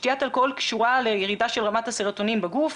שתיית אלכוהול קשורה לירידה של רמת הסרוטונין בגוף,